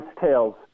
tales